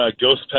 ghost